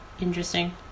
Interesting